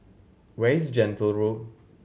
where is Gentle Road